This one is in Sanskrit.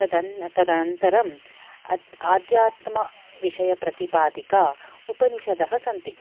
ततन्त् तदनन्तरम् आद्यात्मविषये प्रतिपादिका उपनिषधः सन्ति